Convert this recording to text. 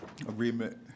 agreement